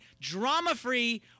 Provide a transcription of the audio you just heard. drama-free